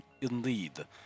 Indeed